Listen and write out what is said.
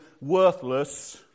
worthless